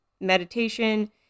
meditation